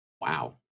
Wow